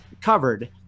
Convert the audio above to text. covered